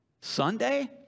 Sunday